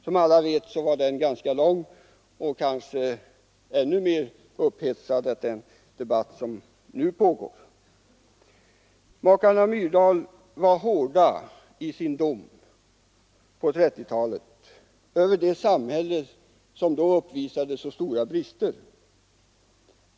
Som alla vet var den debatten ganska lång och kanske ännu mer upphetsad än den debatt som nu pågår. Makarna Myrdal var på 1930-talet hårda i sin dom över det samhälle som då uppvisade så stora brister.